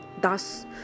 Thus